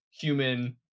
human